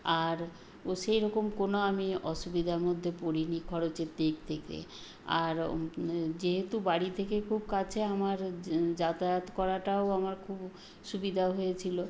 আর ও সেরকম কোনো আমি অসুবিধার মধ্যে পড়িনি খরচের দিক থেকে আর যেহেতু বাড়ি থেকে খুব কাছে আমার যাতায়াত করাটাও আমার খুব সুবিধা হয়েছিল